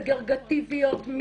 סגרגטיביות,